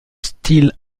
style